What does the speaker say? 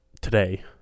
today